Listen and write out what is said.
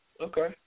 Okay